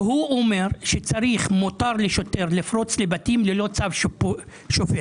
והוא אומר שצריך, מותר לפרוץ לבתים ללא צו שופט.